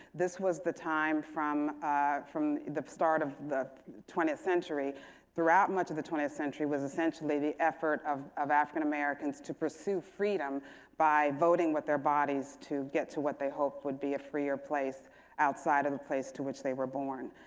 this was the time from ah from the start of the twentieth century throughout much of the twentieth century was essentially the effort of of african americans to pursue freedom by voting with their bodies to get to what they hoped would be a freer place outside of the place to which they were born.